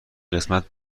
قسمت